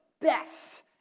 best